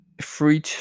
free